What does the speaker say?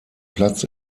platz